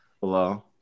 Hello